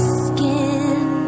skin